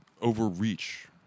overreach